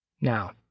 Now